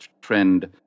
trend